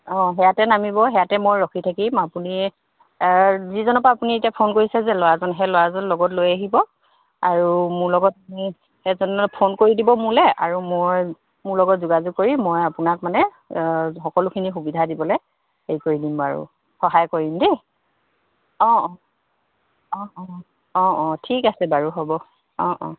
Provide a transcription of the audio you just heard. অঁ সেয়াতে নামিব সেয়াতে মই ৰখি থাকিম আপুনি যিজনৰ পৰা আপুনি এতিয়া ফোন কৰিছে যে ল'ৰাজন সেই ল'ৰাজন লগত লৈ আহিব আৰু মোৰ লগত সেইজনলৈ ফোন কৰি দিব মোলৈ আৰু মই মোৰ লগত যোগাযোগ কৰি মই আপোনাক মানে সকলোখিনি সুবিধা দিবলৈ হেৰি কৰি দিম বাৰু সহায় কৰিম দেই অঁ অঁ অঁ অঁ অঁ অঁ ঠিক আছে বাৰু হ'ব অঁ অঁ